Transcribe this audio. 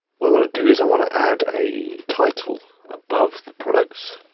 what i wanna do is i wanna add a title above the products